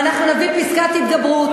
ואנחנו נביא פסקת התגברות,